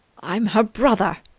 i'm her brother!